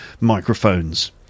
microphones